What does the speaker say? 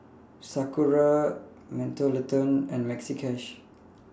Sakura Mentholatum and Maxi Cash